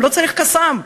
גם לא צריך "קסאם",